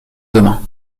demain